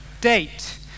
Date